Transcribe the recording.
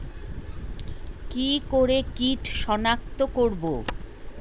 কি করে কিট শনাক্ত করব?